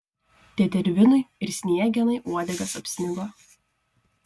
tetervinui ir sniegenai uodegas apsnigo